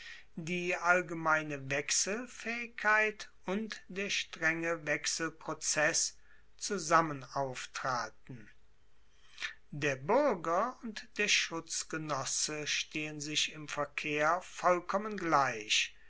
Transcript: die allgemeine wechselfaehigkeit und der strenge wechselprozess zusammen auftraten der buerger und der schutzgenosse stehen sich im verkehr vollkommen gleich